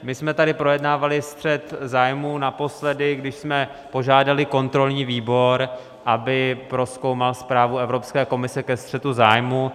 My jsme tady projednávali střet zájmu naposledy, když jsme požádali kontrolní výbor, aby prozkoumal zprávu Evropské komise ke střetu zájmů.